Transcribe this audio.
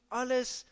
alles